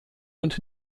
und